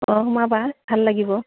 অঁ সোমাবা ভাল লাগিব